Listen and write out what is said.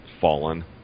fallen